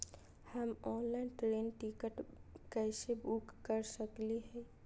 हम online train ticket कैसे book कर सकली हई?